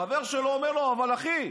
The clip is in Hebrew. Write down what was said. חבר שלו אומר לו: אבל אחי,